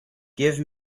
give